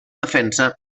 defensa